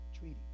Treaty